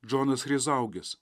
džonas chryzaugis